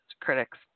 critics